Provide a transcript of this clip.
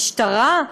משטרה?